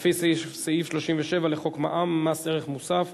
לפי סעיף 37 לחוק מע"מ, מס ערך מוסף,